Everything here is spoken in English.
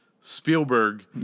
Spielberg